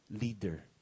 leader